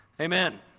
amen